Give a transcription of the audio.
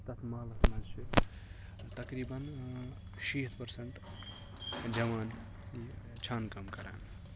تَتھ مَحلَس مَنٛز چھِ تَقریباً شیٖتھ پٔرسنٹ جَوان یہِ چھانہٕ کٲم کَران